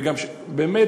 עבדנו ביחד.